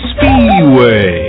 Speedway